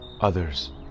others